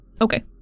Okay